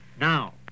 Now